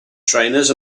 trainers